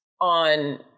on